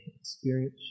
experience